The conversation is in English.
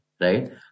Right